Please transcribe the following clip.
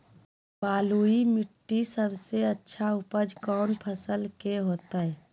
बलुई मिट्टी में सबसे अच्छा उपज कौन फसल के होतय?